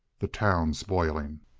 the town's boiling!